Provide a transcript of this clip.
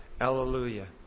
hallelujah